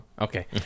okay